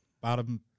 bottom